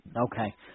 Okay